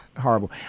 horrible